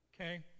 Okay